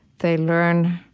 they learn